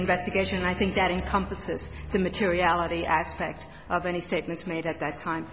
investigation i think that encompasses the materiality aspect of any statements made at that time